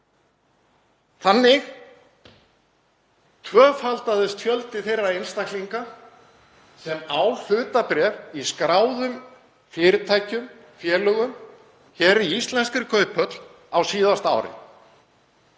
Þannig tvöfaldaðist fjöldi þeirra einstaklinga sem eiga hlutabréf í skráðum fyrirtækjum eða félögum í íslenskri kauphöll á síðasta ári,